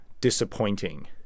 disappointing